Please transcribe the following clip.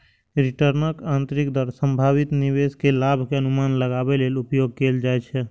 रिटर्नक आंतरिक दर संभावित निवेश के लाभ के अनुमान लगाबै लेल उपयोग कैल जाइ छै